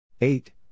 eight